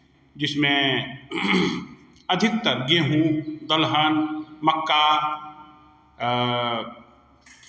जिसमें अधिकतर गेंहू दलहन मक्का